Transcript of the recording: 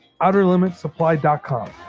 outerlimitsupply.com